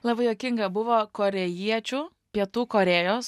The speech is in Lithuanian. labai juokinga buvo korėjiečių pietų korėjos